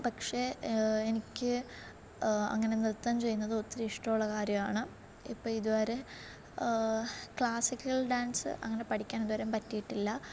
പക്ഷേ എനിക്ക് അങ്ങനെ നൃത്തം ചെയ്യുന്നത് ഒത്തിരി ഇഷ്ടം ഉള്ള കാര്യമാണ് ഇപ്പോൾ ഇതുവരെ ക്ലാസിക്കൽ ഡാൻസ് അങ്ങനെ പഠിക്കാൻ ഇതുവരെയും പറ്റിയിട്ടില്ല